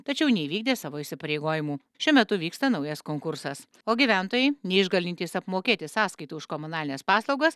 tačiau neįvykdė savo įsipareigojimų šiuo metu vyksta naujas konkursas o gyventojai neišgalintys apmokėti sąskaitų už komunalines paslaugas